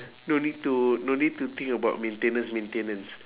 no need to no need to think about maintenance maintenance